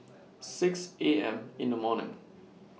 six A M in The morning